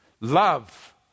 love